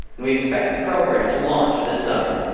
and we expect the program to launch this summer.